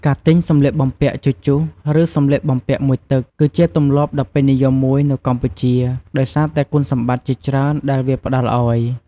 ការទិញសម្លៀកបំពាក់ជជុះ ឬ សម្លៀកបំពាក់មួយទឹក គឺជាទម្លាប់ដ៏ពេញនិយមមួយនៅកម្ពុជា ដោយសារតែគុណសម្បត្តិជាច្រើនដែលវាផ្ដល់អោយ។